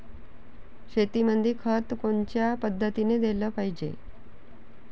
शेतीमंदी खत कोनच्या पद्धतीने देलं पाहिजे?